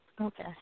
Okay